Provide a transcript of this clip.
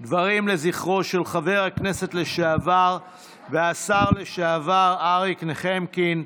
דברים לזכרו של חבר הכנסת לשעבר והשר לשעבר אריק נחמקין.